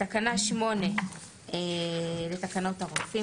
תיקון תקנה 8 1. בתקנה 8 לתקנות הרופאים